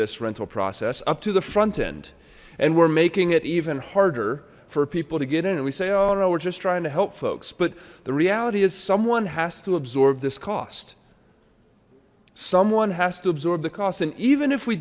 this rental process up to the front end and we're making it even harder for people to get in and we say oh no we're just trying to help folks but the reality is someone has to absorb this cost someone has to absorb the cost and even if we